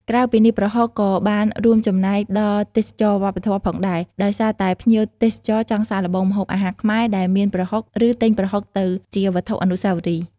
ក្រៅពីនេះ ប្រហុកក៏បានរួមចំណែកដល់ ទេសចរណ៍វប្បធម៌ ផងដែរ ដោយសារតែភ្ញៀវទេសចរចង់សាកល្បងម្ហូបអាហារខ្មែរដែលមានប្រហុក ឬទិញប្រហុកទៅជាវត្ថុអនុស្សាវរីយ៍។